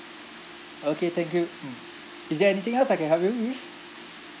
okay thank you mm is there anything else I can help you with